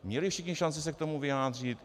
Měli všichni šanci se k tomu vyjádřit?